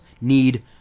need